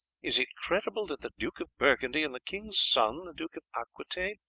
is it credible that the duke of burgundy and the king's son, the duke of aquitaine,